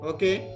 Okay